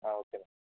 okay madam